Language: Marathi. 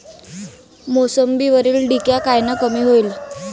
मोसंबीवरील डिक्या कायनं कमी होईल?